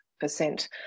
percent